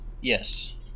yes